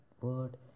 word